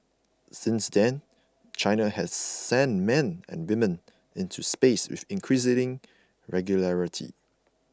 since then China has sent men and women into space with increasing regularity